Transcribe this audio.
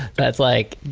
that's like,